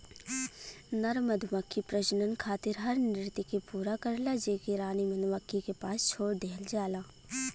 नर मधुमक्खी प्रजनन खातिर हर नृत्य के पूरा करला जेके रानी मधुमक्खी के पास छोड़ देहल जाला